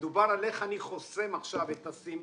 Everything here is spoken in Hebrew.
מדובר על איך אני חוסם עכשיו את הסים,